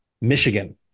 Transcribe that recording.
Michigan